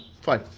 fine